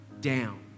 down